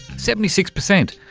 seventy six percent!